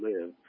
Live